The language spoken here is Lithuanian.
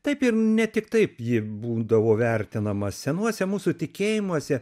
taip ir ne tik taip ji būdavo vertinama senuose mūsų tikėjimuose